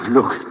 Look